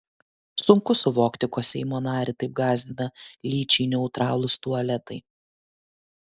sunku suvokti ko seimo narį taip gąsdina lyčiai neutralūs tualetai